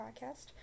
podcast